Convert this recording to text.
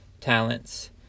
talents